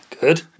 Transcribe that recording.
Good